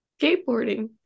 skateboarding